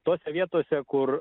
tose vietose kur